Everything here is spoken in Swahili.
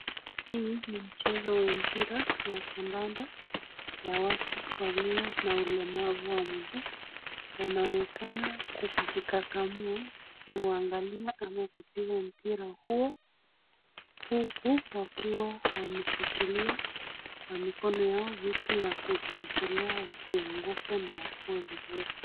Hii ni mchezo wa mpira wa kandanda ya watu walio na ulemavu wa miguu . Wanaonekana kujikakamia kuiangalia ama kupiga mpira huo huku wakiwa wameshikilia kwa mikono yao vitu ya kujiwekelea wasianguke na wasimame vizuri.